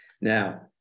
now